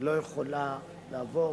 לא יכולה לעבור,